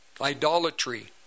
idolatry